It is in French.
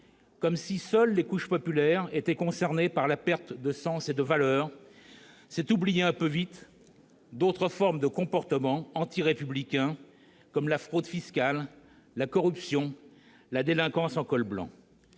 comme si seules les couches populaires étaient concernées par la perte de sens et de valeurs. C'est oublier un peu vite d'autres formes de comportements antirépublicains, comme la fraude fiscale, la corruption, la délinquance en col blanc.